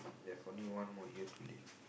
there's only one more year to live